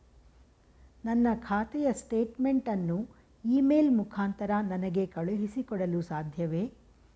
ನನ್ನ ಖಾತೆಯ ಸ್ಟೇಟ್ಮೆಂಟ್ ಅನ್ನು ಇ ಮೇಲ್ ಮುಖಾಂತರ ನನಗೆ ಕಳುಹಿಸಿ ಕೊಡಲು ಸಾಧ್ಯವೇ?